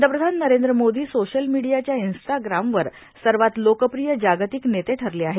पंतप्रधान नरेंद्र मोदी सोशल मीडियाच्या इन्स्टाग्रामवर सर्वात लोकप्रिय जागतिक नेते ठरले आहेत